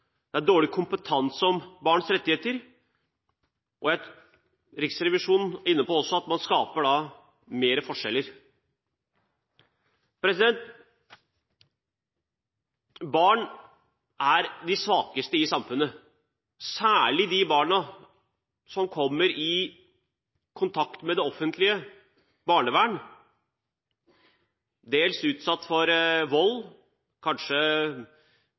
det er dårlig kompetanse om barns rettigheter, og Riksrevisjonen er også inne på at man da skaper større forskjeller. Barn er de svakeste i samfunnet, særlig de barna som kommer i kontakt med det offentlige barnevern. De kan ha vært utsatt for vold, kanskje